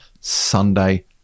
Sunday